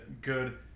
good